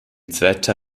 zweiter